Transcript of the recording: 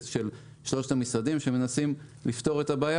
של שלושת המשרדים שמנסים לפתור את הבעיה,